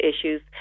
issues